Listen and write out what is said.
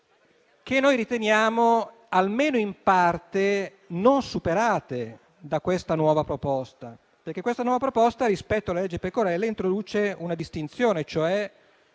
che noi riteniamo, almeno in parte, non superate da questa nuova proposta. Questa nuova proposta, rispetto alla legge Pecorella, introduce una distinzione,